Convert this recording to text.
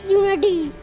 unity